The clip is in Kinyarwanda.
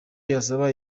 yasaba